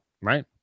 Right